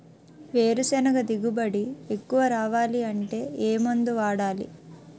వేరుసెనగ దిగుబడి ఎక్కువ రావాలి అంటే ఏ మందు వాడాలి?